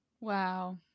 Wow